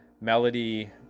melody